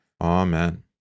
Amen